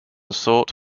sought